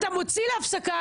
אתה מוציא להפסקה